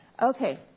Okay